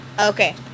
Okay